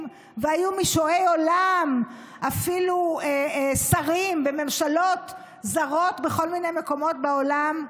והיו משועי עולם ואפילו שרים בממשלות זרות בכל מיני מקומות בעולם,